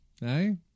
Hey